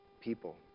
people